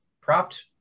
propped